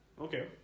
Okay